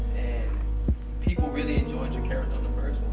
and people really enjoyed your character in the first